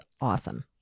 awesome